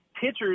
pitchers